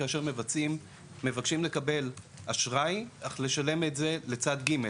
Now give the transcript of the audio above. כאשר מבקשים לקבל אשראי אך לשלם את זה לצד ג'.